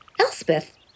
Elspeth